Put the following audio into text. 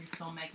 filmmaking